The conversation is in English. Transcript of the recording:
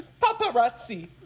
Paparazzi